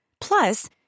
Plus